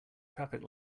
traffic